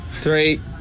Three